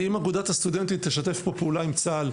ואם אגודת הסטודנטים תשתף פה פעולה עם צה"ל,